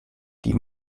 die